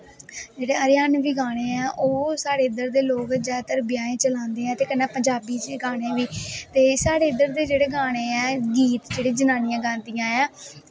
जेह्ड़े हरियानवी गाने ऐ ओह् साढ़े इध्दर दे जादातर लोग ब्याहें च लांदे ऐं ते कन्नै पंदाबी च गाने बी ते साढ़े इध्दर दे जेह्ड़े गानें ऐं गीत जेह्ड़े जनानियां गांदियां ऐं